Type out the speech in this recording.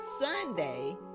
Sunday